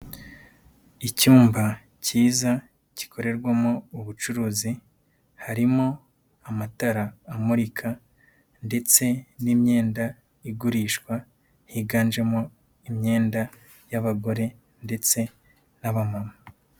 Icyumba cyiza gikorerwamo ubucuruzi, harimo amatara amurika ndetse n'imyenda igurishwa, higanjemo imyenda y'abagore ndetse n'abamama.